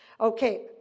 Okay